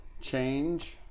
change